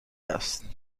است